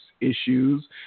issues